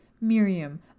Miriam